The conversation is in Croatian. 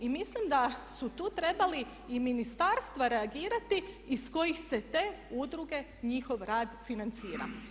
I mislim da su tu trebali i ministarstva reagirati iz kojih se te udruge njihov rad financira.